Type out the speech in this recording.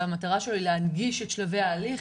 שהמטרה שלו היא להנגיש את שלבי ההליך,